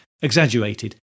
exaggerated